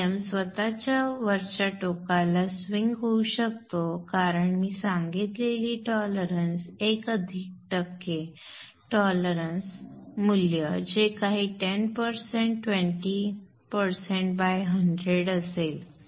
Vm स्वतः वरच्या टोकाला स्विंग होऊ शकतो कारण मी सांगितलेली टॉलरन्स 1 अधिक टक्के टॉलरन्स मूल्य जे काही 10 20 बाय 100 असेल